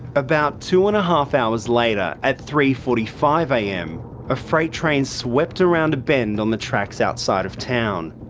about two and half hours later at three forty five am a freight train swept around a bend on the tracks outside of town.